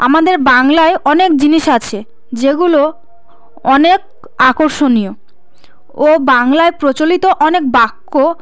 আমাদের বাংলায় অনেক জিনিস আছে যেগুলো অনেক আকর্ষণীয় ও বাংলায় প্রচলিত অনেক বাক্য